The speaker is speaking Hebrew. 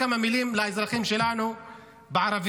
כמה מילים לאזרחים שלנו בערבית.